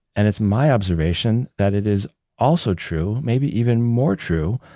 and it's my observation that it is also true, maybe even more true,